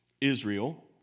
Israel